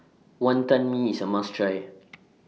Wantan Mee IS A must Try